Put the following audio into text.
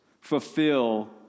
Fulfill